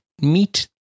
meet